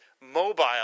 mobile